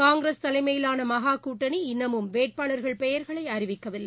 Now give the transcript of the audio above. காங்கிரஸ் தலைமையிலான மகா கூட்டணி இன்னமும் வேட்பாளர்கள் பெயர்களை அறிவிக்கவில்லை